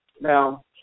Now